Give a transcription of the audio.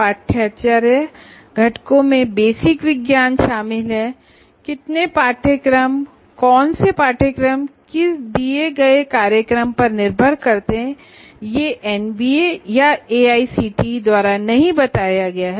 curricular component में basic science शामिल हैं कितने कोर्सेज कौन से कोर्सेज होने हैं यह किसी दिए गए प्रोग्राम पर निर्भर करता हैं यह एनबीए या एआईसीटीई द्वारा नहीं बताया गया है